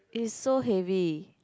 it's so heavy